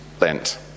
Lent